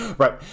Right